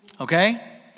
okay